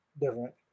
different